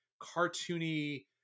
cartoony